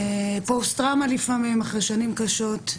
פוסט טראומה לפעמים אחרי שנים קשות.